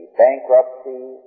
bankruptcy